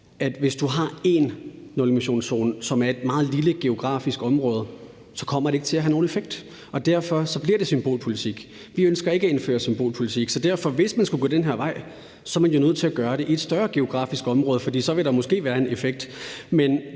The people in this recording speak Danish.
hvis du har én nulemissionszone, som er et meget lille geografisk område, så kommer det ikke til at have nogen effekt, og derfor bliver det symbolpolitik. Vi ønsker ikke at indføre symbolpolitik. Så derfor vil jeg sige, at hvis man skulle gå den her vej, er man jo nødt til at gøre det i et større geografisk område, for så vil der måske være en effekt.